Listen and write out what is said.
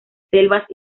selvas